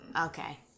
Okay